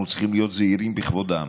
אנחנו צריכים להיות זהירים בכבודם,